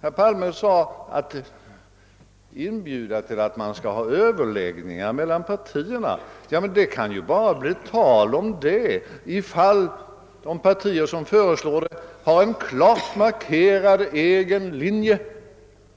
Herr Palme sade att det inte kan bli tal om att inbjuda till överläggningar mellan partierna, om de partier som föreslår det inte har en klart markerad egen linje